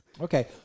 Okay